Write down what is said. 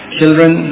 children